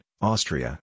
Austria